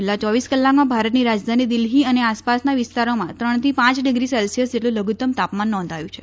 છેલ્લાં ચોવીસ કલાકમાં ભારતની રાજધાની દિલ્ફી અને આસપાસના વિસ્તારોમાં ત્રણથી પાંચ ડિગ્રી સેલ્સિયસ જેટલું લધુત્તમ તાપમાન નોંધાયું છે